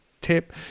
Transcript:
tip